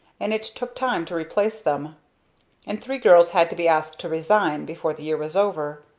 and it took time to replace them and three girls had to be asked to resign before the year was over.